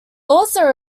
also